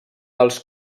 dels